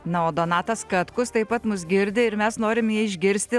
na o donatas katkus taip pat mus girdi ir mes norim jį išgirsti